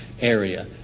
area